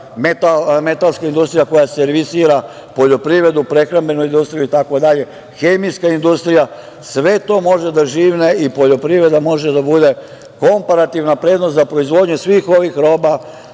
metalska industrija, koja servisira poljoprivredu, prehrambenu industriju, itd. Hemijska industrija, sve to može da živne i poljoprivreda može da bude komparativna prednost za proizvodnju svih ovih roba